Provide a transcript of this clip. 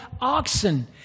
oxen